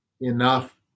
enough